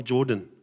Jordan